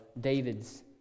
David's